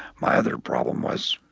my other problem was,